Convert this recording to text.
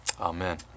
Amen